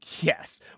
Yes